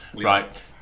Right